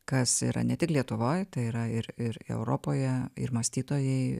kas yra ne tik lietuvoj tai yra ir ir europoje ir mąstytojai